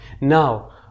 Now